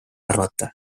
arvata